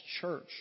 church